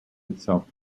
itself